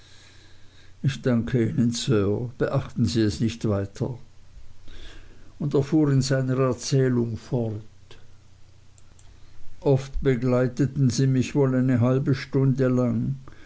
ich danke ihnen sir beachten sie es nicht weiter und er fuhr in seiner erzählung fort oft begleiteten sie mich wohl eine halbe stunde lang